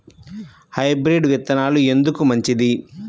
Hybrid విత్తనాలు ఎందుకు మంచిది?